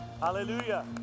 Hallelujah